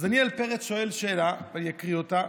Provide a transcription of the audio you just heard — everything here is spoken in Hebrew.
אז דניאל פרץ שואל שאלה, ואני אקריא אותה: